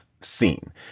seen